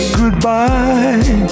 goodbye